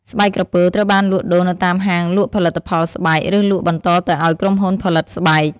ស្បែកក្រពើត្រូវបានលក់ដូរនៅតាមហាងលក់ផលិតផលស្បែក ឬលក់បន្តទៅឲ្យក្រុមហ៊ុនផលិតស្បែក។